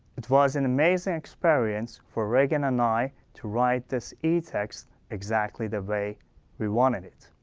it was an amazing experience for regan and i to write this etext exactly the way we wanted it.